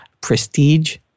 prestige